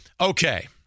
Okay